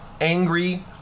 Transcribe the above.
angry